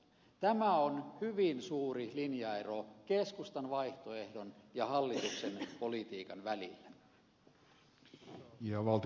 tämä on hyvin suuri linjaero keskustan vaihtoehdon ja hallituksen politiikan välillä